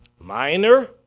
Minor